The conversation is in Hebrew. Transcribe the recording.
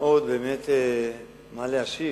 מאוד מה להשיב.